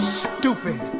stupid